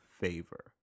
Favor